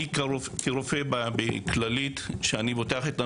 אני כרופא בכללית, שאני פותח את הנושא,